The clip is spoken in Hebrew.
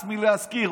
הס מלהזכיר?